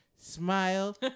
Smile